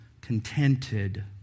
contented